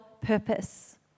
purpose